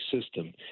system